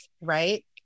Right